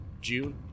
June